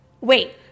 Wait